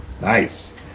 Nice